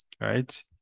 right